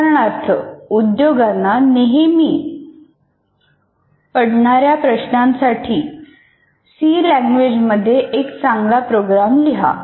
उदाहरणार्थ उद्योगांना नेहमी पडणाऱ्या प्रश्नांसाठी सी लॅंग्वेज मध्ये एक चांगला प्रोग्रॅम लिहा